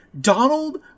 Donald